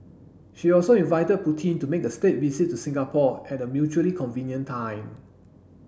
she also invited Putin to make a state visit to Singapore at a mutually convenient time